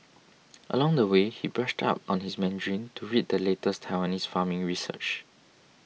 along the way he brushed up on his Mandarin to read the latest Taiwanese farming research